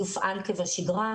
יופעל כבשגרה.